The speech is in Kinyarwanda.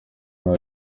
nta